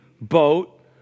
boat